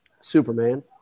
Superman